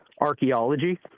archaeology